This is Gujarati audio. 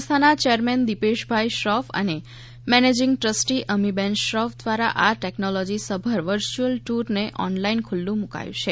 સંસ્થાના ચેરમેન દિપેશભાઇ શ્રોફ અને મેનેજીંગ ટ્રસ્ટી અમીબેન શ્રોફ દ્વારા આ ટેકનોલોજી સભર વર્ચ્યુઅલ ટુર ને ઓનલાઈન ખુલ્લું મુકાયું છે